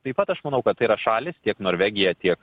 taip pat aš manau kad tai yra šalys tiek norvegija tiek